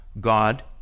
God